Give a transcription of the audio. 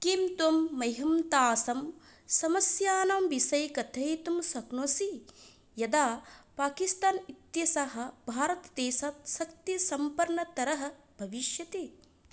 किं त्वं मह्यं तासां समस्यानां विषये कथयितुं शक्नोसि यदा पाकिस्तान् इत्येषः भारतदेशात् शक्तिसम्पन्नतरः भविष्यति